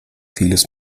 vieles